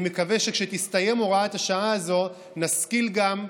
ואני מקווה שכשתסתיים הוראת השעה הזו נשכיל גם,